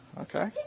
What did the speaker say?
Okay